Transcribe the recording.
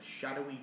shadowy